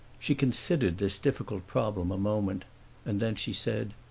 she considered this difficult problem a moment and then she said,